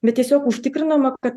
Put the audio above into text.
bet tiesiog užtikrinama kad